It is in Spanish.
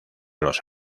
los